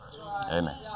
Amen